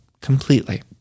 Completely